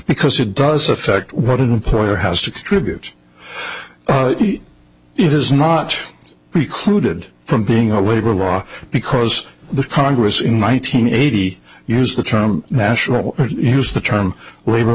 because it does affect what an employer has to contribute it is not precluded from being a labor law because the congress in one nine hundred eighty used the term national use the term labor